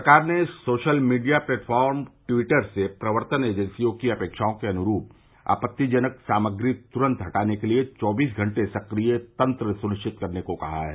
सरकार ने social media platform Twitter से प्रवर्तन एजेंसियों की अपेक्षाओं के अनुरूप आपत्तिजनक सामग्री तुरंत हटाने के लिए चौबीस घंटे सक्रिय तंत्र सुनिश्चित करने को कहा है